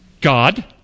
God